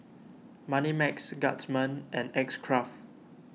Moneymax Guardsman and X Craft